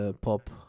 pop